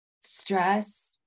stress